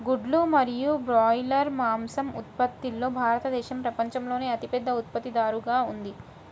గుడ్లు మరియు బ్రాయిలర్ మాంసం ఉత్పత్తిలో భారతదేశం ప్రపంచంలోనే అతిపెద్ద ఉత్పత్తిదారుగా ఉంది